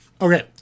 Okay